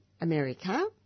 America